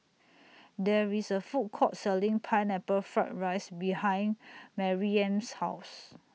There IS A Food Court Selling Pineapple Fried Rice behind Maryam's House